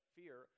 fear